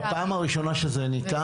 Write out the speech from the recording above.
בפעם הראשונה שזה ניתן,